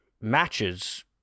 matches